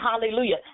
hallelujah